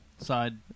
side